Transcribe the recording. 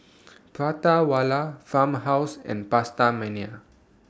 Prata Wala Farmhouse and PastaMania